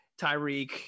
Tyreek